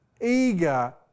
eager